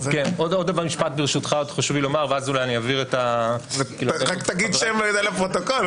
עוד משפט ברשותך -- ראובן אידלמן מהרשות להגנת הפרטיות.